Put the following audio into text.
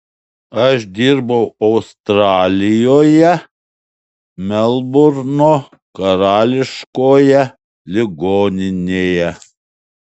aš dirbau australijoje melburno karališkoje ligoninėje